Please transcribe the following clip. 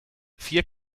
vier